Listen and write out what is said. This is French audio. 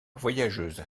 voyageuse